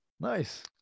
Nice